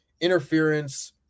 interference